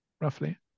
roughly